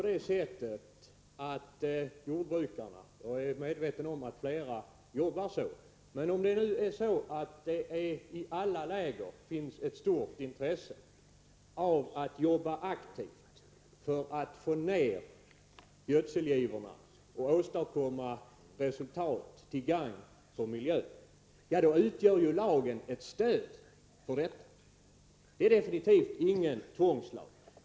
Herr talman! Om det i alla läger finns ett intresse av att jobba aktivt för att få ned gödselgivorna och åstadkomma resultat till gagn för miljön — och jag är medveten om att flera av jordbrukarna jobbar så — utgör ju lagen ett stöd härför. Det är absolut inte någon tvångslag.